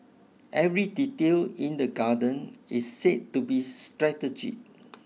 every detail in the garden is said to be strategic